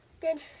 good